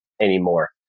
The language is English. anymore